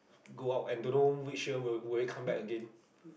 go out and don't know which year will will it come back again